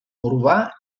urbà